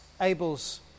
Abel's